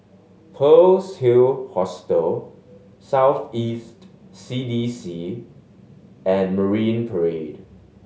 Pearl's Hill Hostel South East C D C and Marine Parade